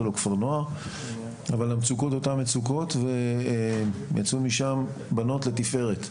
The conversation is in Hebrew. זה לא כפר נוער אבל המצוקות אותן מצוקות ויצאו משם בנות לתפארת.